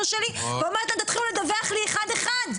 שלי ואומרת להם תתחילו לדווח לי אחד אחד.